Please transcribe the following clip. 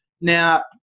Now